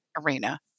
arena